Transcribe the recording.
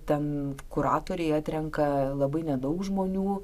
ten kuratoriai atrenka labai nedaug žmonių